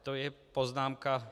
To je poznámka...